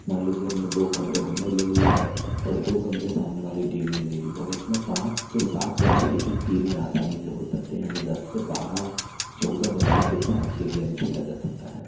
मान लीजिए हमने दो कमरे हमने ले लिए और दो कमरे सामने वाली टीम ने ले ली और इसमें पाँच छः सात बच्चे एक एक टीम में आसानी से हो सकते हैं यानि दस से बारह चौदह बच्चों के साथ यह गेम खेला जा सकता है